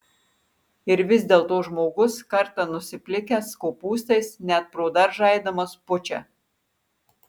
ir vis dėlto žmogus kartą nusiplikęs kopūstais net pro daržą eidamas pučia